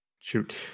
shoot